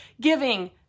giving